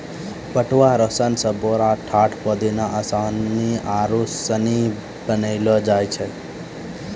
पटुआ रो सन से बोरा, टाट, पौदान, आसनी आरु सनी बनैलो जाय छै